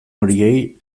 horiei